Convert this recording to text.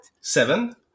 Seven